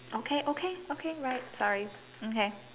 okay okay okay right sorry okay